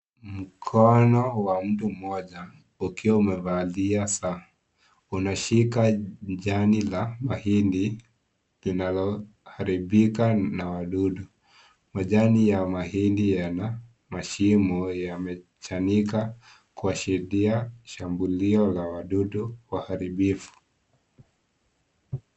Mkono wa mtu mmoja ukiwa imevalia saa. Unashika Jani la mahindi inaloharibika na wadudu. Majani ya mahindi yana mashimo yamechanika Kuashiria shambulio la wadudu waharibifu.